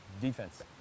Defense